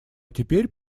теперь